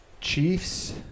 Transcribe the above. Chiefs